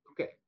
okay